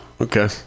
okay